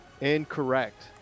Incorrect